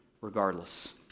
regardless